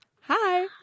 hi